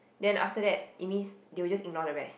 then after that it means they will just ignore the rest